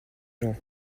gens